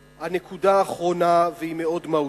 הנקודה האחרונה, והיא מאוד מהותית: